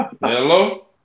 Hello